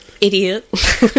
idiot